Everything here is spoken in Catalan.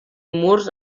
murs